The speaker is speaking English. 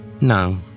No